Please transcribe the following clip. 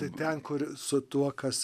tai ten kur su tuo kas